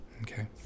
okay